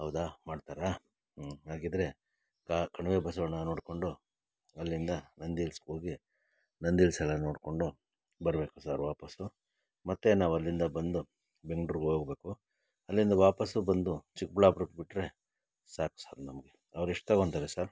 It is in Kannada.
ಹೌದಾ ಮಾಡ್ತಾರಾ ಹಾಗಿದ್ದರೆ ಕಣಿವೆ ಬಸವಣ್ಣ ನೋಡಿಕೊಂಡು ಅಲ್ಲಿಂದ ನಂದಿ ಹಿಲ್ಸ್ಗೋಗಿ ನಂದಿ ಹಿಲ್ಸ್ ಎಲ್ಲ ನೋಡಿಕೊಂಡು ಬರಬೇಕು ಸರ್ ವಾಪಸ್ಸು ಮತ್ತು ನಾವು ಅಲ್ಲಿಂದ ಬಂದು ಬೆಂಗ್ಳೂರ್ಗೆ ಹೋಗ್ಬೇಕು ಅಲ್ಲಿಂದ ವಾಪಸ್ಸು ಬಂದು ಚಿಕ್ಬಳ್ಳಾಪುರಕ್ಕೆ ಬಿಟ್ಟರೆ ಸಾಕು ಸರ್ ನಮಗೆ ಅವ್ರು ಎಷ್ಟು ತಗೋತಾರೆ ಸರ್